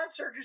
surgeries